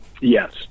Yes